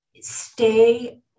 stay